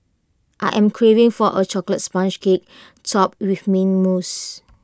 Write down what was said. I am craving for A Chocolate Sponge Cake Topped with Mint Mousse